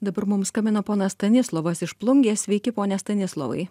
dabar mums skambino ponas stanislovas iš plungės sveiki pone stanislovai